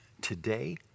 today